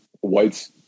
White's